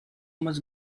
much